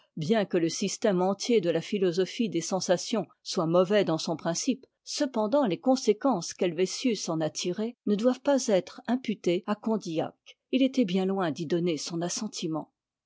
bien que le système entier de la philosophie des sensations soit mauvais dans son principe cependant les conséquences qu'helvétius en a tirées ne doivent pas être imputées à condillac il était bien toin d'y donner son assentiment